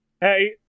hey